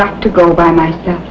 got to go by myself